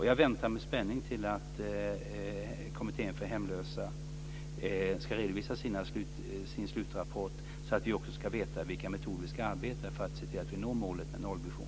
Jag väntar med spänning på att Kommittén för hemlösa ska redovisa sin slutrapport, så att vi också ska veta vilka metoder vi ska arbeta med för att se till att vi når målet med en nollvision.